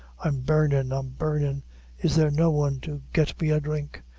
i'm burnin', i'm burnin' is there no one to get me a dhrink!